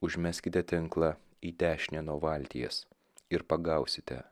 užmeskite tinklą į dešinę nuo valties ir pagausite